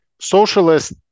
socialist